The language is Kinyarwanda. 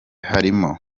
harimo